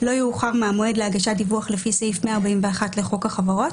לא יאוחר מהמועד להגשת דיווח לפי סעיף 141 לחוק החברות,